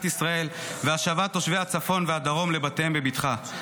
ישראל והשבת תושבי הצפון והדרום לבתיהם בבטחה.